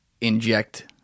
inject